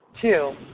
Two